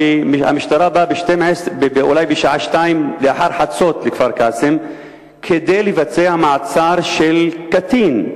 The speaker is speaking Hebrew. שהמשטרה באה אולי בשעה 02:00 לכפר-קאסם כדי לבצע מעצר של קטין.